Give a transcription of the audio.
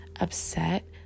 upset